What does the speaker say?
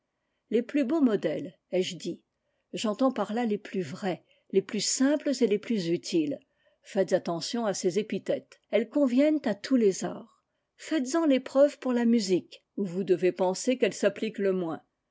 les plus beaux modèles ai-je dit j'entends par là les plus vrais les plus simples et les plus utiles faites attention à ces épithètes elles conviennent à tous les arts faites-en l'épreuve pour la musique où vous devez penser qu'elles s'appliquent le moins